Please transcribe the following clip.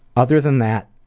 other than that,